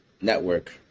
network